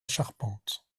charpente